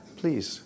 please